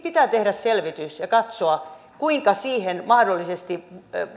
pitää tehdä selvitys ja katsoa kuinka siihen mahdollisesti